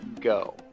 go